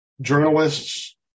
journalists